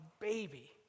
baby